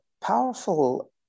powerful